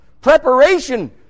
Preparation